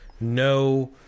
no